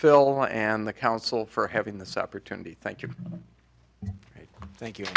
phil and the council for having this opportunity thank you thank you